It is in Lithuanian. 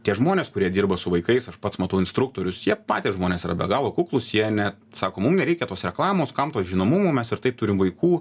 tie žmonės kurie dirba su vaikais aš pats matau instruktorius jie patys žmonės yra be galo kuklūs jie ne sako mums reikia tos reklamos kam to žinomumo mes ir taip turim vaikų